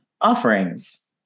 offerings